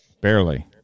Barely